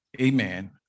amen